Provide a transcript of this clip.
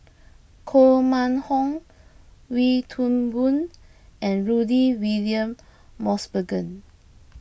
Koh Mun Hong Wee Toon Boon and Rudy William Mosbergen